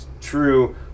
true